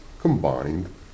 combined